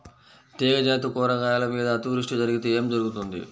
తీగజాతి కూరగాయల మీద అతివృష్టి జరిగితే ఏమి జరుగుతుంది?